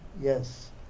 Yes